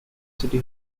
city